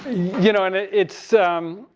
you know, and it, it's, um